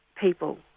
people